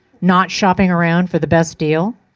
not shopping around for the best deal?